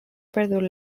perdut